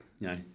No